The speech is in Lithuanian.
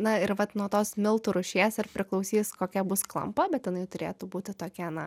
na ir vat nuo tos miltų rūšies ir priklausys kokia bus klampa bet jinai turėtų būti tokia na